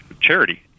charity